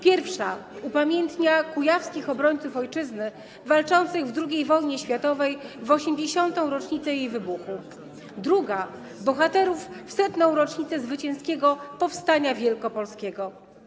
Pierwsza upamiętnia kujawskich obrońców ojczyzny walczących w II wojnie światowej w 80. rocznicę jej wybuchu, druga - bohaterów w 100. rocznicę zwycięskiego powstania wielkopolskiego.